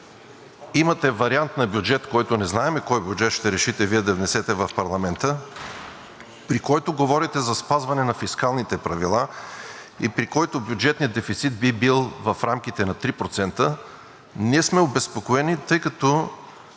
имате вариант на бюджет, като не знаем кой бюджет ще решите Вие да внесете в парламента, при който говорите за спазване на фискалните правила и при който бюджетният дефицит би бил в рамките на 3%, ние сме обезпокоени, тъй като